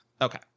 okay